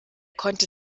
konnte